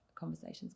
conversations